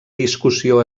discussió